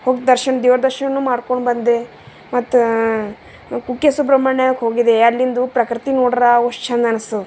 ಹೋಗಿ ದರ್ಶನ ದೇವ್ರ ದರ್ಶನ ಮಾಡ್ಕೊಂಡು ಬಂದೆ ಮತ್ತು ಕುಕ್ಕೆ ಸುಬ್ರಹ್ಮಣ್ಯಕ್ಕೆ ಹೋಗಿದ್ದೆ ಅಲ್ಲಿಂದು ಪ್ರಕೃತಿ ನೋಡ್ರೆ ಅವು ಚೆಂದ ಅನ್ನಿಸ್ತದೆ